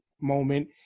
moment